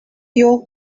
your